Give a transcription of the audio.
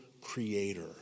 creator